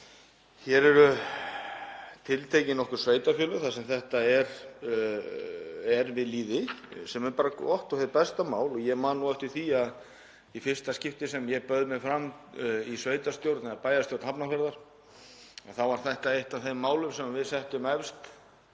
Hér eru tiltekin nokkur sveitarfélög þar sem þetta er við lýði, sem er bara gott og hið besta mál, og ég man nú eftir því að í fyrsta skipti sem ég bauð mig fram í sveitarstjórn eða bæjarstjórn Hafnarfjarðar þá var þetta eitt af þeim málum sem við settum efst